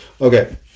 Okay